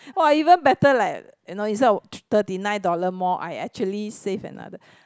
!wah! even better leh you know instead of th~ thirty nine dollar more I actually save another